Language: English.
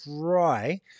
try